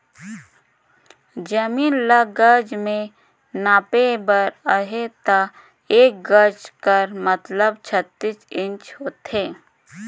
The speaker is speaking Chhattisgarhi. जमीन ल गज में नापे बर अहे ता एक गज कर मतलब छत्तीस इंच होथे